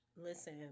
Listen